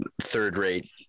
third-rate